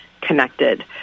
connected